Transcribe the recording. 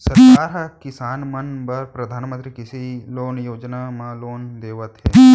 सरकार ह किसान मन ल परधानमंतरी कृषि लोन योजना म लोन देवत हे